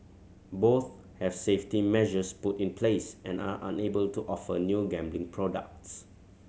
both have safety measures put in place and are unable to offer new gambling products